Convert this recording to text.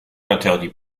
interdit